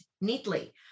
neatly